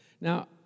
Now